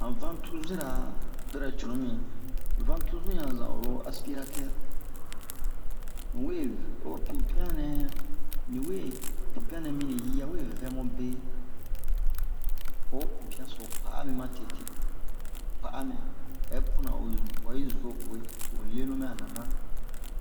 Han vantuzira bɛrɛ cunu mi vantuzi yan zan oro aspiratɛr mu we ho pipian nɛ ni we pipian nɛ mini yi a we vɛmu be ho pipian so ho pa'a mi ma tete ho pa'a mi hɛ puna o bwa yi zo buwe to o lenu bɛ'a nana